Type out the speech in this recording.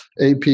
AP